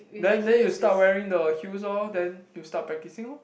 then then you start wearing the heels lor then you start practicing lor